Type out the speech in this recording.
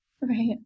Right